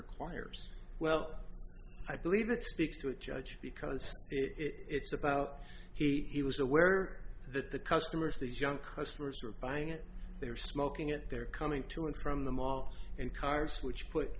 requires well i believe it speaks to a judge because it's about he he was aware that the customers these young customers were buying it they were smoking it they're coming to him from the mall and cards which put